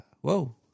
whoa